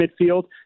midfield